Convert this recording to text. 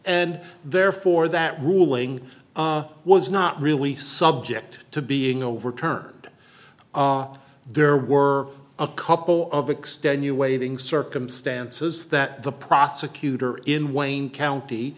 and therefore that ruling was not really subject to being overturned there were a couple of extenuating circumstances that the prosecutor in wayne county